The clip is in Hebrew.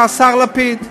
מהשר לפיד.